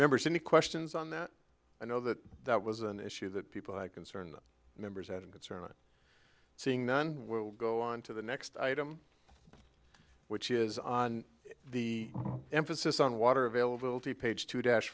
members any questions on that i know that that was an issue that people concerned members out of concern seeing then we'll go on to the next item which is on the emphasis on water availability page two dash